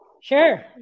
Sure